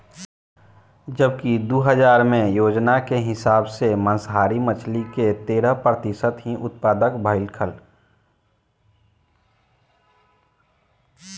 जबकि दू हज़ार में ओजन के हिसाब से मांसाहारी मछली के तेरह प्रतिशत ही उत्तपद भईलख